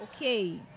okay